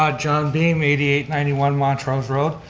ah john beam eighty eight ninety one montrose road.